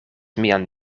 mian